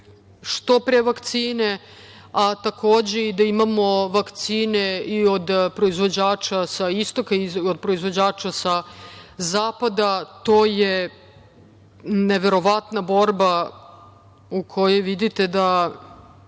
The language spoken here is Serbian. što pre vakcine, a i da imamo vakcine i od proizvođača sa istoka, proizvođača sa zapada. To je neverovatna borba u kojoj vidite da